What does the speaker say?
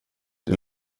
det